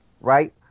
right